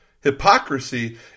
Hypocrisy